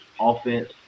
offense